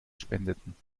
spendeten